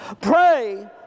Pray